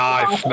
Nice